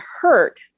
hurt